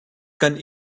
kan